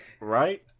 right